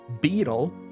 Beetle